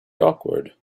awkward